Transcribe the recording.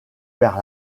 vers